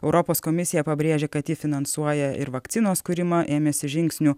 europos komisija pabrėžia kad ji finansuoja ir vakcinos kūrimą ėmėsi žingsnių